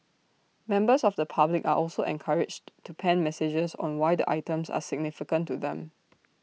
members of the public are also encouraged to pen messages on why the items are significant to them